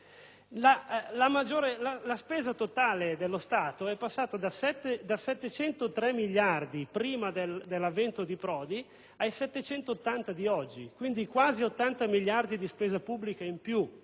la spesa totale dello Stato è passata da 703 miliardi prima dell'avvento di Prodi ai 780 di oggi; quindi quasi 80 miliardi di spesa pubblica in più,